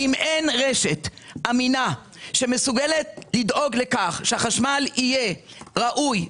אם אין רשת אמינה שמסוגלת לדאוג לכך שהחשמל יהיה ראוי וזמין,